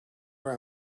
your